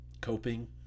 coping